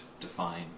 define